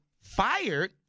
fired